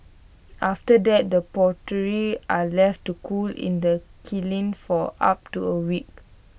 after that the pottery are left to cool in the kiln for up to A week